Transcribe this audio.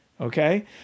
okay